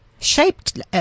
Shaped